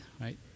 right